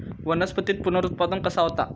वनस्पतीत पुनरुत्पादन कसा होता?